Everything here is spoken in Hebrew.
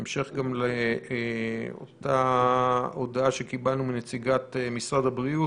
בהמשך גם לאותה הודעה שקיבלנו מנציגת משרד הבריאות,